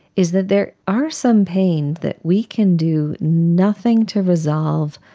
is that there are some pains that we can do nothing to resolve.